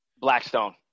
Blackstone